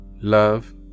Love